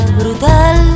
brutal